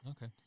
Okay